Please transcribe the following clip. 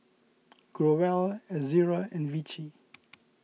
Growell Ezerra and Vichy